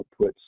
outputs